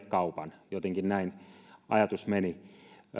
kaupan jotenkin näin ajatus meni